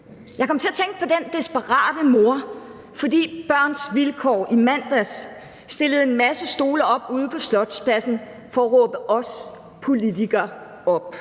Jeg kom til at tænke på den desperate mor, fordi Børns Vilkår i mandags stillede en masse stole op ude på Slotspladsen for at råbe os politikere op